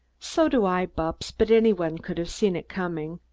so do i, bupps, but any one could have seen it coming.